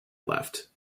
left